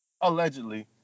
allegedly